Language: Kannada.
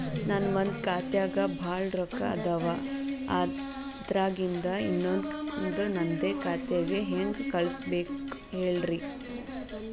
ನನ್ ಒಂದ್ ಖಾತ್ಯಾಗ್ ಭಾಳ್ ರೊಕ್ಕ ಅದಾವ, ಅದ್ರಾಗಿಂದ ಇನ್ನೊಂದ್ ನಂದೇ ಖಾತೆಗೆ ಹೆಂಗ್ ಕಳ್ಸ್ ಬೇಕು ಹೇಳ್ತೇರಿ?